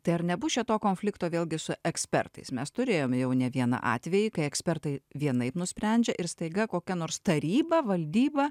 tai ar nebus čia to konflikto vėlgi su ekspertais mes turėjome jau ne vieną atvejį kai ekspertai vienaip nusprendžia ir staiga kokia nors taryba valdyba